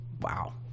Wow